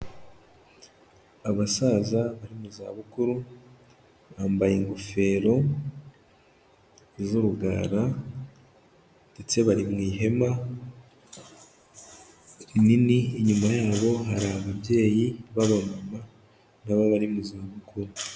Abasaza bari mu zabukuru, bambaye ingofero z'urugara ndetse bari mu ihema nini, inyuma yabo hari ababyeyi babamama nabo bari mu zabukuru.